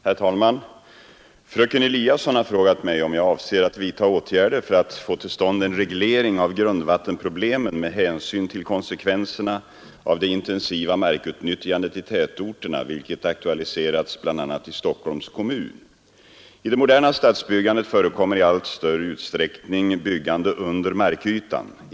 Herr talman! Fröken Eliasson har frågat mig om jag avser att vidta åtgärder för att få till stånd en reglering av grundvattenproblemen med hänsyn till konsekvenserna av det intensiva markutnyttjandet i tätorterna, vilket aktualiserats bl.a. i Stockholms kommun. I det moderna stadsbyggandet förekommer i allt större utsträckning byggande under markytan.